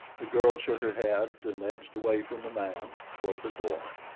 the girl shook her head and edged away from the man toward the door.